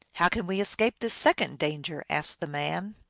how can we escape this second danger? asked the man.